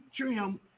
Trim